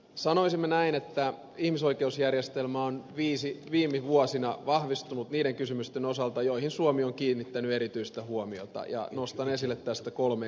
sanoisimme näin että ihmisoikeusjärjestelmä on viime vuosina vahvistunut niiden kysymysten osalta joihin suomi on kiinnittänyt erityistä huomiota ja nostan esille tästä kolme esimerkkiä